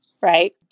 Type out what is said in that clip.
right